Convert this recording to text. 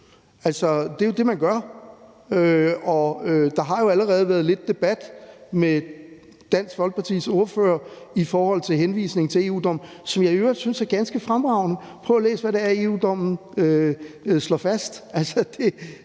det er jo det, man gør. Der har jo allerede været lidt debat med Dansk Folkepartis ordfører i forhold til henvisningen til EU-dommen, som jeg i øvrigt synes er ganske fremragende. Prøv at læse, hvad det er, EU-dommen slår fast.